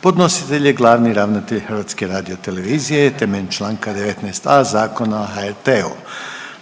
Podnositelj: glavni ravnatelj HRT-a temeljem članka 19a. Zakona o HRT-u.